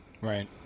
Right